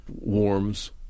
warms